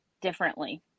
differently